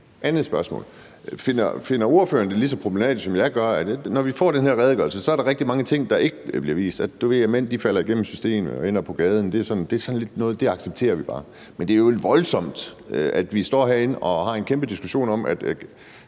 andet spørgsmål. Finder ordføreren det lige så problematisk, som jeg gør, at når vi får den her redegørelse, er der rigtig mange ting, der ikke bliver vist. At mænd falder igennem systemet og ender på gaden, er lidt sådan noget, som vi bare accepterer. Men det er jo voldsomt, når vi står herinde og har en kæmpe diskussion om, at